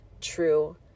true